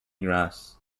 gras